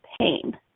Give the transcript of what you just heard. pain